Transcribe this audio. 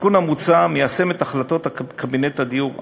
התיקון המוצע מיישם את החלטת קבינט הדיור האמורה,